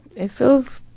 it feels